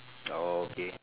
okay